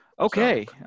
Okay